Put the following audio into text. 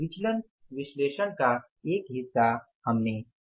विचलन विश्लेषण का एक हिस्सा हमने किया